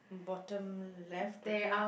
bottom left okay